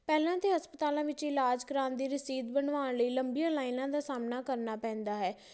ਪਹਿਲਾਂ ਤਾਂ ਹਸਪਤਾਲਾਂ ਵਿੱਚ ਇਲਾਜ ਕਰਵਾਉਣ ਦੀ ਰਸੀਦ ਬਣਵਾਉਣ ਲਈ ਲੰਬੀਆਂ ਲਾਈਨਾਂ ਦਾ ਸਾਹਮਣਾ ਕਰਨਾ ਪੈਂਦਾ ਹੈ